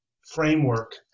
framework